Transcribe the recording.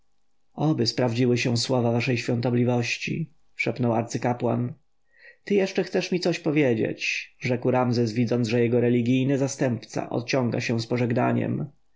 oby sprawdziły się słowa waszej świątobliwości szepnął arcykapłan ty jeszcze chcesz mi coś powiedzieć rzekł ramzes widząc że jego religijny zastępca ociąga się z pożegnaniem